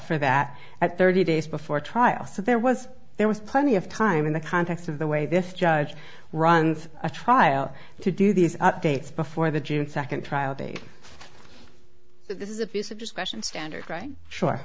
for that at thirty days before trial so there was there was plenty of time in the context of the way this judge runs a trial to do these updates before the june second trial date this is abuse of discretion standard right sure